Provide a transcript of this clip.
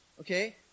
Okay